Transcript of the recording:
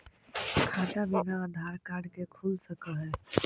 खाता बिना आधार कार्ड के खुल सक है?